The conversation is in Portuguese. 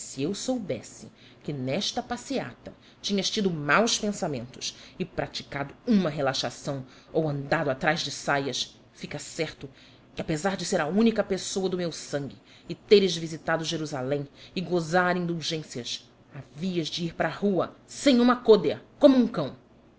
se eu soubesse que nesta passeata tinhas tido maus pensamentos e praticado uma relaxação ou andado atrás de saias fica certo que apesar de seres a única pessoa do meu sangue e teres visitado jerusalém e gozar indulgências havias de ir para a rua sem uma côdea como um cão